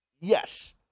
yes